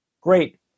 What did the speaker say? great